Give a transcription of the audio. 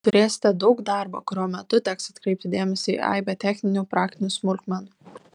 turėsite daug darbo kurio metu teks atkreipti dėmesį į aibę techninių praktinių smulkmenų